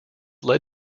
led